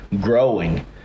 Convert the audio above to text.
growing